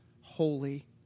holy